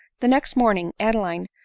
the next morning, adeline,